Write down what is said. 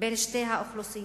בין שתי האוכלוסיות,